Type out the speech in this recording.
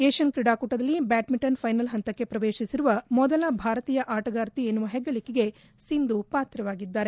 Asian ಕ್ರೀಡಾಕೊಟದಲ್ಲಿ badminton final ಹಂತಕ್ಕೆ ಪ್ರವೇಶಿಸಿರುವ ಮೊದಲ ಭಾರತೀಯ ಆಟಗಾರ್ತಿ ಎನ್ನುವ ಹೆಗ್ಗಳಿಕೆಗೆ ಸಿಂಧು ಪಾತ್ರರಾಗಿದ್ದಾರೆ